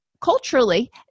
culturally